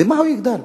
ואיך הוא יגדל?